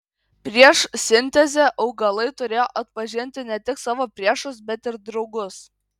prieš sintezę augalai turi atpažinti ne tik savo priešus bet ir draugus